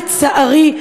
לצערי,